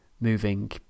Moving